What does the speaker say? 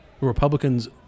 Republicans